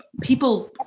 people